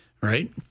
right